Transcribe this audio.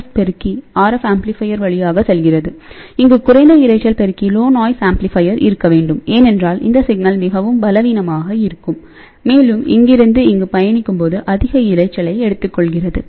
F பெருக்கி வழியாக செல்கிறது இங்கு குறைந்த இரைச்சல் பெருக்கி இருக்க வேண்டும் ஏனென்றால் இந்த சிக்னல் மிகவும் பலவீனமாக இருக்கும் மேலும் இங்கிருந்து இங்கு பயணிக்கும் போதுஅதிக இரைச்சலைஎடுத்துக்கொள்கிறது